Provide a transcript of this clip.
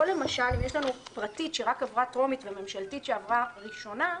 פה למשל יש לנו הצעה פרטית שרק עברה טרומית והצעה ממשלתית שעברה ראשונה,